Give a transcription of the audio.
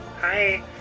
Hi